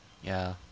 ya